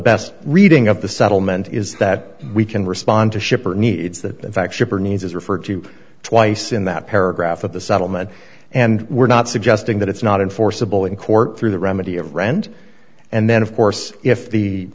best reading of the settlement is that we can respond to shipper needs that the fact shipper needs is referred to twice in that paragraph of the settlement and we're not suggesting that it's not enforceable in court through the remedy of rand and then of course if the